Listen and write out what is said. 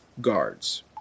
Guards